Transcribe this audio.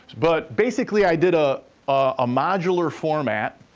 but basically, i did ah a modular format,